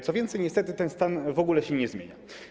Co więcej, niestety ten stan w ogóle się nie zmienia.